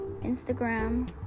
Instagram